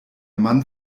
mann